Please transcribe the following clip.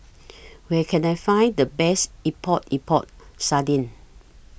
Where Can I Find The Best Epok Epok Sardin